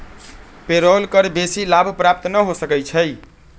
payroll कर बेशी लाभ प्राप्त न हो सकै छइ